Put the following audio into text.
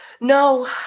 No